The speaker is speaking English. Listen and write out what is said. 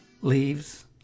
leaves